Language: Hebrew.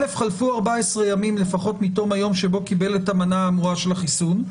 (א) חלפו 14 ימים לפחות מתום היום שקיבל את המנה האמורה של החיסון,